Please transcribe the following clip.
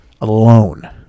alone